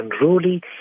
unruly